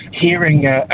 hearing